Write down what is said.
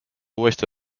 uuesti